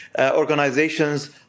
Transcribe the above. organizations